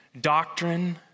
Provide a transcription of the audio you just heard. doctrine